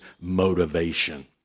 motivation